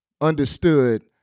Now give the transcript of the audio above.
understood